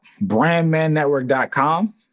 brandmannetwork.com